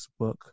Facebook